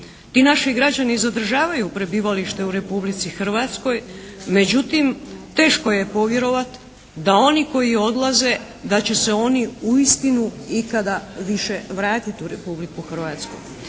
Ti naši građani zadržavaju prebivalište u Republici Hrvatskoj. Međutim, teško je povjerovat da oni koji odlaze da će se oni uistinu ikada više vratit u Republiku Hrvatsku.